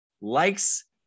likes